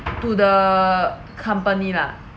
to the company lah